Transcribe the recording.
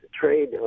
trade